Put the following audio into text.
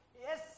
yes